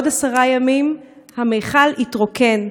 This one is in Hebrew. בעוד עשרה ימים המכל יתרוקן.